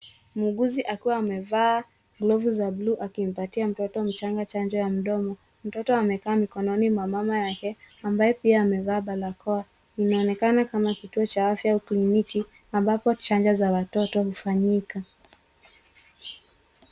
Muuguzi akiwa amevaa glovu za blue akimpatia mtoto mchanga chanjo ya mdomo. Mtoto amekaa mikononi mwa mama yake ambaye pia amevaa barakoa. Inaonekana kama kituo cha afya au kliniki ambapo chanjo za watoto hufanyika.